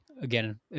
again